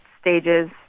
stages